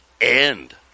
end